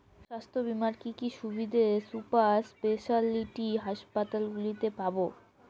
স্বাস্থ্য বীমার কি কি সুবিধে সুপার স্পেশালিটি হাসপাতালগুলিতে পাব?